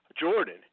Jordan